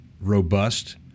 robust